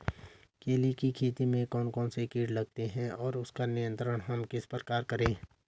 केले की खेती में कौन कौन से कीट लगते हैं और उसका नियंत्रण हम किस प्रकार करें?